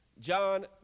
John